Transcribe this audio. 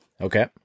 okay